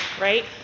right